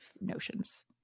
notions